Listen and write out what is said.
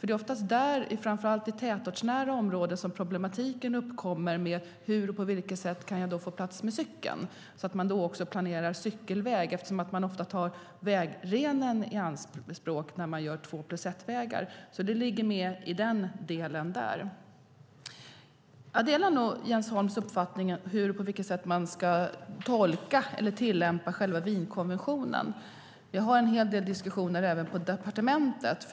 Det är oftast där, framför allt i tätortsnära områden, som problematiken uppkommer med på vilket sätt man kan få plats med cykeln. Man måste då även planera cykelvägar eftersom man ofta tar vägrenen i anspråk när man gör två-plus-ett-vägar. Det ligger alltså med i den delen. Jag delar Jens Holms uppfattning om hur man ska tolka eller tillämpa Wienkonventionen. Vi har en hel del diskussioner även på departementet.